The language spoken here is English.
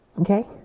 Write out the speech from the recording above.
Okay